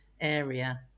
area